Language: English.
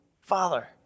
Father